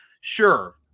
sure